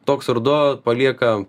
toks ruduo palieka